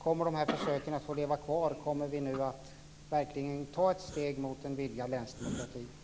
Kommer de här försöken att få leva kvar? Kommer vi nu att verkligen ta ett steg mot en vidgad länsdemokrati?